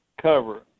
cover